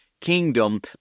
kingdom